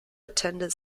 attended